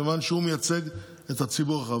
כיוון שהוא מייצג את הציבור הרחב.